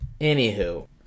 anywho